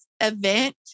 event